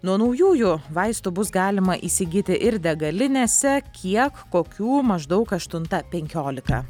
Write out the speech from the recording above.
nuo naujųjų vaistų bus galima įsigyti ir degalinėse kiek kokių maždaug aštunta penkiolika